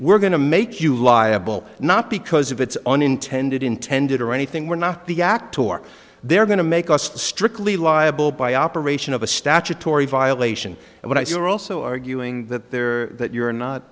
we're going to make you liable not because of it's unintended intended or anything we're not the act or they're going to make us strictly liable by operation of a statutory violation and when i say they're also arguing that they're that you're not